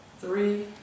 three